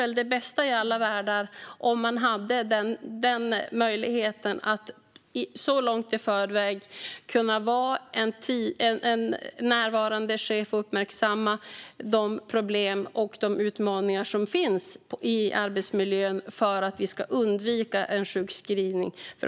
I den bästa av världar skulle man ha möjlighet att vara en närvarande chef och så långt i förväg uppmärksamma de problem och utmaningar som finns i arbetsmiljön så att sjukskrivning kan undvikas.